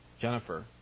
Jennifer